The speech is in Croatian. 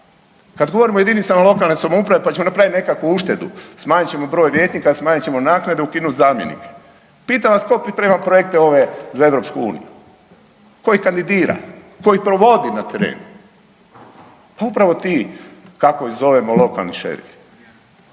Kad govorimo o jedinicama lokalne samouprave pa ćemo napraviti nekakvu uštedu, smanjit ćemo broj vijećnika, smanjit ćemo naknade, ukinut zamjenike. Pitam vas, tko priprema projekte ove za EU? Tko ih kandidira? Tko ih provodi na terenu? Pa upravo ti, kako ih zovemo lokalni šerifi.